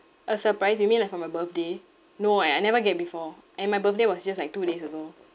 a surprise you mean like from my birthday no eh I never get before and my birthday was just like two days ago